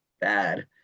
bad